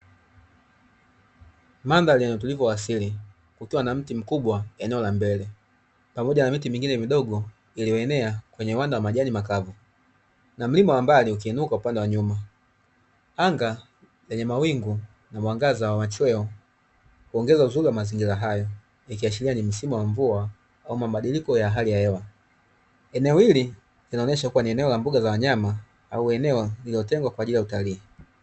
Mandhari yenye utulivu wa asili ikiwa na mti mkubwa eneo la mbele, pamoja na miti mingine midogo iliyoenea kwenye uwanda wenye majani makavu, na mlima mrefu ukionekana upande wa nyuma, anga lenye mawingu na mwangaza wa machweo, kuongeza uzuri wa mazingira hayo, ikiashiria ni msimu wa mvua na mabadiliko ya hali ya hewa. Eneo hii linaonyesha kuwa ni eneo la mbuga za wanyama, au eneo lililotengwa kwa ajili ya utalii.